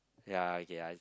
ya okay I